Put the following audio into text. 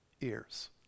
ears